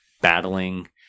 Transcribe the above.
battling